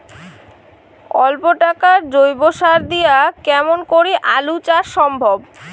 অল্প টাকার জৈব সার দিয়া কেমন করি আলু চাষ সম্ভব?